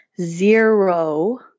zero